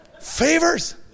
Favors